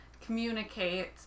communicate